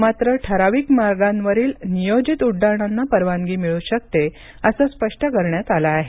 मात्र ठराविक मार्गांवरील नियोजित उड्डाणांना परवानगी मिळू शकते असं स्पष्ट करण्यात आलं आहे